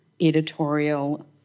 editorial